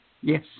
Yes